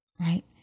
right